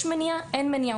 יש מניעה, אין מניעה.